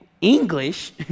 English